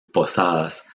posadas